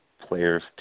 players